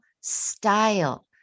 style